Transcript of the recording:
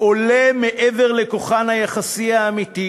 עולה מעבר לכוחן היחסי האמיתי,